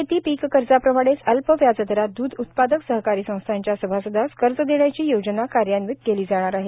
शेती पीक कर्जा प्रमाणेच अल्प व्याजदरात द्ध उत्पादक सहकारी संस्थांच्या सभासदास कर्ज देण्याची योजना कार्यान्वीत केली आहे